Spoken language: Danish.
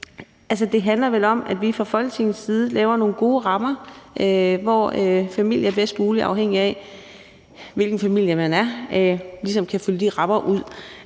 Det handler vel om, at vi fra Folketingets side laver nogle gode rammer, hvor familier bedst muligt, afhængigt af hvilken familie man er, ligesom kan fylde de rammer ud.